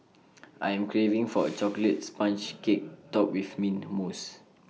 I am craving for A Chocolate Sponge Cake Topped with Mint Mousse